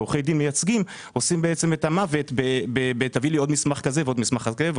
כעורכי דין מייצגים בלהביא עוד מסמך כזה ועוד מסמך כזה,